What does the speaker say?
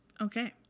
okay